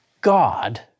God